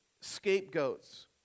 scapegoats